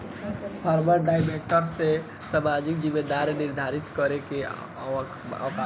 foreign direct investment में सामाजिक जिम्मेदारी निरधारित करे के आवस्यकता बा